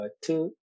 two